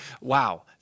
wow